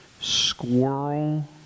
Squirrel